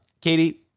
Katie